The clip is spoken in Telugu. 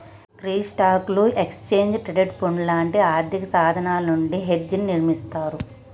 గీ స్టాక్లు, ఎక్స్చేంజ్ ట్రేడెడ్ పండ్లు లాంటి ఆర్థిక సాధనాలు నుండి హెడ్జ్ ని నిర్మిస్తారు